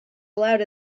allowed